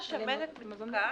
גילית פודולק.